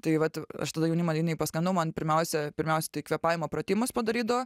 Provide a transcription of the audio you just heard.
tai vat aš tada jaunimo linijai paskambinau man pirmiausia pirmiausia tai kvėpavimo pratimus padarydavo